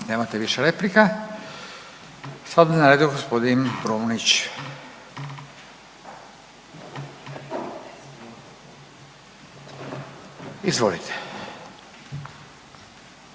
Nemate više replika. Sad je na redu gospodin Brumnić. Izvolite.